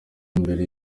imbere